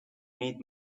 need